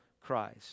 Christ